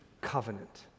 covenant